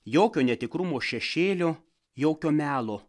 jokio netikrumo šešėlio jokio melo